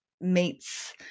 meets